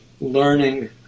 learning